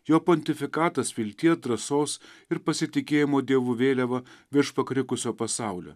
jo pontifikatas vilties drąsos ir pasitikėjimo dievu vėliava virš pakrikusio pasaulio